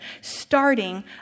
starting